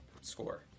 score